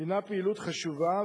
הינה פעילות חשובה,